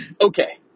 Okay